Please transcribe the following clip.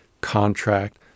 contract